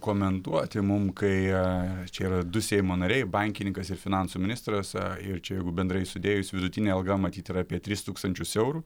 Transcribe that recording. komentuoti mum kai čia yra du seimo nariai bankininkas ir finansų ministras ir čia jeigu bendrai sudėjus vidutinė alga matyt yra apie tris tūkstančius eurų